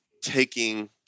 Taking